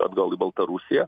atgal į baltarusiją